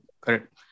correct